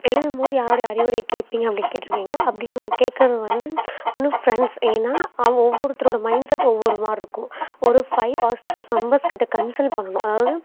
எழுதும்போது யாருடைய அறிவுரையை கேட்பீங்க அப்படின்னு கேட்டுருக்கிங்க அப்படின்னு கேட்கறது வந்து ஒன்று ஃப்ரெண்ட்ஸ் ஏன்னா அவங்க ஒவ்வொருத்தரோட மைண்ட் செட் ஒவ்வொரு மாரிருக்கும் ஒரு ஃபைவ் ஆர் சிக்ஸ் மெம்பெர்ஸ் கிட்ட கன்சல் பண்ணணும் அதாவது